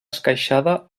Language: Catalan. esqueixada